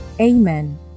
amen